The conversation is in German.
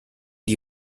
die